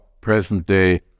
present-day